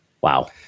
wow